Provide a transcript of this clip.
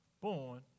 born